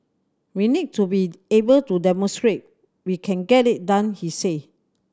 we need to be able to demonstrate we can get it done he said